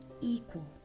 equal